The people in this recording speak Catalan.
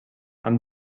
amb